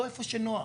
לא איפה שנוח.